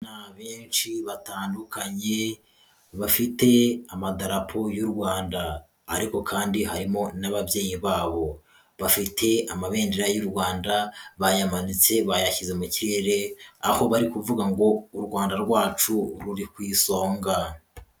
Ni abeshi batandukanye bafite Amadarapo y'u Rwanda ariko kandi harimo n'ababyeyi babo, bafite Amabendera y'u Rwanda bayamutse bayashyize mu kirere aho bari kuvuga ngo u Rwanda rwacu ruri ku isonga.